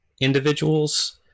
individuals